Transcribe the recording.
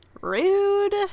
Rude